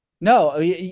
No